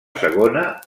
segona